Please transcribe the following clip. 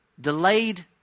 Delayed